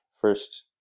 first